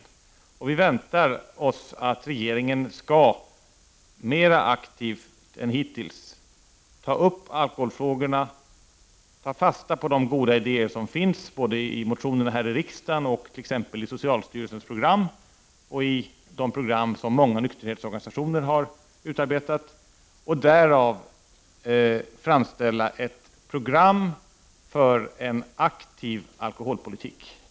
Vi i socialutskottet väntar oss att regeringen, mera aktivt än hittills, skall ta upp alkoholfrågorna och ta fasta på de goda idéer som finns i motioner här i riksdagen, i socialstyrelsens program och i de program som många nykterhetsorganisationer har utarbetat och därav framställa ett program för en aktiv alkoholpolitik.